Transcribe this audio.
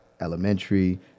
elementary